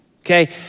Okay